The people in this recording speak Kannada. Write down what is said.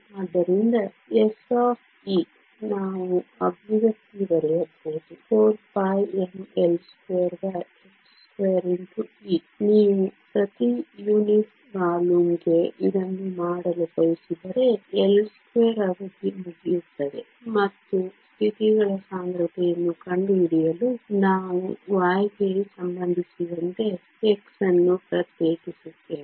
ಆದ್ದರಿಂದ s ನಾವು ಅಭಿವ್ಯಕ್ತಿ ಬರೆಯಬಹುದು 4πmL2h2E ನೀವು ಪ್ರತಿ ಯೂನಿಟ್ ವಾಲ್ಯೂಮ್ಗೆ ಇದನ್ನು ಮಾಡಲು ಬಯಸಿದರೆ L2 ಅವಧಿ ಮುಗಿಯುತ್ತದೆ ಮತ್ತು ಸ್ಥಿತಿಗಳ ಸಾಂದ್ರತೆಯನ್ನು ಕಂಡುಹಿಡಿಯಲು ನಾವು y ಗೆ ಸಂಬಂಧಿಸಿದಂತೆ x ಅನ್ನು ಪ್ರತ್ಯೇಕಿಸುತ್ತೇವೆ